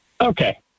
Okay